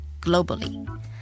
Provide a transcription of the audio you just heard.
globally